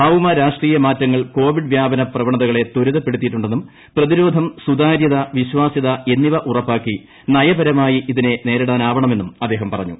ഭൌമ രാഷ്ട്രീയ മാറ്റങ്ങൾ കോവിഡ് പ്രവണതകളെ ത്വരിതപ്പെടുത്തിയിട്ടുണ്ട് ്പ്രതിരോധം സുതാര്യത വിശ്വാസൃത എന്നിവ ഉറപ്പാക്കി നയ്പരമായി ഇതിനെ നേരിടാനാവണമെന്നും അദ്ദേഹം പറഞ്ഞു